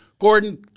Gordon